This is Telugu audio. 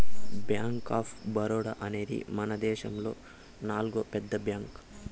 బ్యాంక్ ఆఫ్ బరోడా అనేది మనదేశములో నాల్గో పెద్ద బ్యాంక్